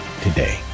today